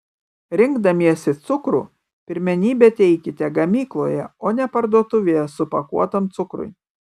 rinkdamiesi cukrų pirmenybę teikite gamykloje o ne parduotuvėje supakuotam cukrui